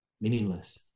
meaningless